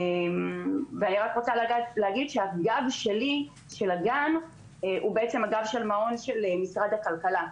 אני רוצה לומר שהגב שלי של הגן הוא הגב של מעון של משרד הכלכלה.